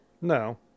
no